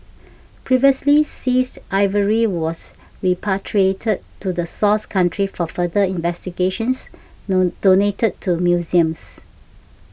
previously seized ivory was repatriated to the source country for further investigations though donated to museums